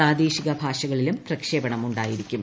പ്രാദേശിക ഭാഷകളിലും പ്രക്ഷേപണം ഉണ്ടായിരിക്കും